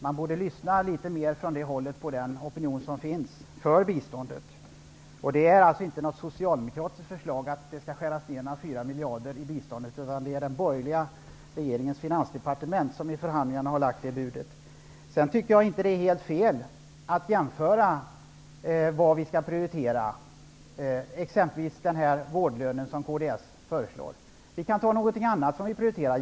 Man borde lyssna mer på den opinion som finns för biståndet. Att det skall skäras 4 miljarder i biståndet är alltså inte något socialdemokratiskt förslag, utan det är den borgerliga regeringens finansdepartement som har lagt det budet. Jag tycker inte att det är fel att jämföra vad vi skall prioritera, exempelvis den vårdlön som kds föreslår. Jag kan nämna annat som vi bör prioritera.